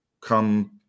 come